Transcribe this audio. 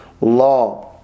law